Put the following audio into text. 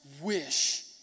wish